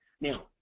Now